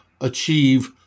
achieve